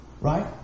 Right